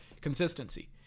consistency